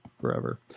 Forever